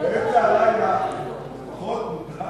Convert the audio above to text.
הלילה לפחות מותר.